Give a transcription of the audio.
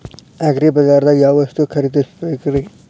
ಅಗ್ರಿಬಜಾರ್ದಾಗ್ ಯಾವ ವಸ್ತು ಖರೇದಿಸಬೇಕ್ರಿ?